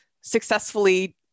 successfully